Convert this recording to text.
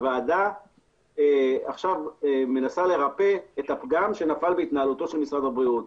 הוועדה עכשיו מנסה לרפא את הפגם שנפל בהתנהלותו של משרד הבריאות,